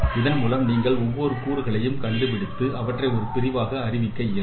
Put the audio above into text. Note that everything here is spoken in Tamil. இதன் மூலம் நீங்கள் ஒவ்வொரு கூறுகளையும் கண்டுபிடித்து அவற்றை ஒரு பிரிவாக அறிவிக்க இயலும்